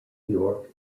york